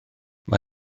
mae